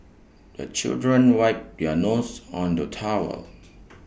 the children wipe their noses on the towel